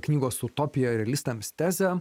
knygos utopija realistams tezę